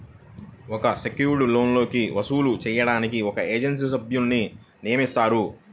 అన్ secured లోన్లని వసూలు చేయడానికి ఒక ఏజెన్సీ సభ్యున్ని నియమిస్తారు